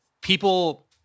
people